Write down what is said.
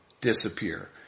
disappear